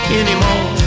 anymore